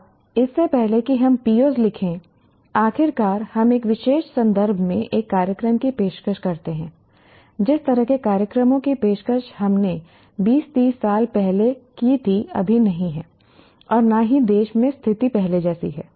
अब इससे पहले कि हम POs लिखें आखिरकार हम एक विशेष संदर्भ में एक कार्यक्रम की पेशकश करते हैं जिस तरह के कार्यक्रमों की पेशकश हमने 20 30 साल पहले की थी अभी नहीं है और न ही देश में स्थिति पहले जैसी है